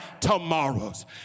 tomorrows